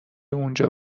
اونجا